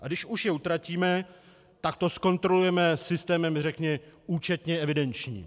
A když už je utratíme, tak to zkontrolujeme systémem řekněme účetně evidenčním.